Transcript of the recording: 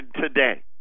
today